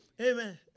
Amen